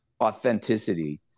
authenticity